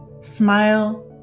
Smile